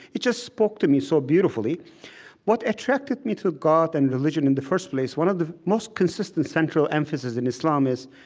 it just spoke to me so beautifully what attracted me to god and religion in the first place, one of the most consistent central emphases in islam, is,